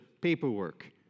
paperwork